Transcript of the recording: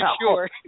sure